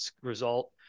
result